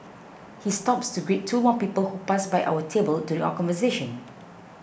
he stops to greet two more people who pass by our table during our conversation